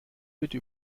bitte